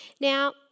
Now